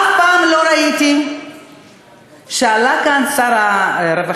אף פעם לא ראיתי שעלה כאן שר הרווחה,